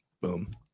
Boom